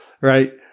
right